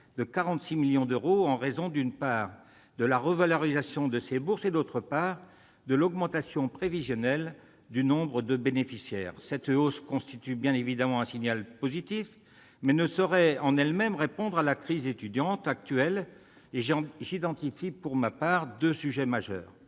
de 46 millions d'euros, en raison, d'une part, de la revalorisation de ces bourses et, d'autre part, de l'augmentation prévisionnelle du nombre de bénéficiaires. Cette hausse constitue bien évidemment un signal positif, mais elle ne saurait constituer une réponse à la crise étudiante actuelle. J'identifie pour ma part deux sujets majeurs